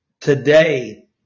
today